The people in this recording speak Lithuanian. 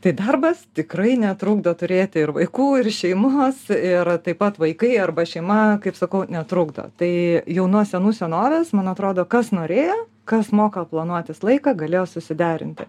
tai darbas tikrai netrukdo turėti ir vaikų ir šeimos ir taip pat vaikai arba šeima kaip sakau netrukdo tai jau nuo senų senovės man atrodo kas norėjo kas moka planuotis laiką galėjo susiderinti